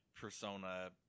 persona